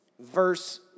Verse